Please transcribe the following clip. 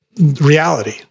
reality